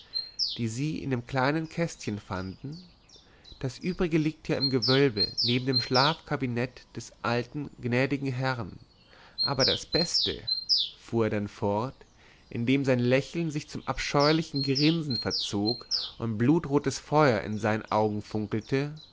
die sie in dem kleinen kästchen fanden das übrige liegt ja im gewölbe neben dem schlafkabinett des alten gnädigen herrn aber das beste fuhr er dann fort indem sein lächeln sich zum abscheulichen grinsen verzog und blutrotes feuer in seinen augen funkelte